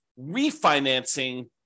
refinancing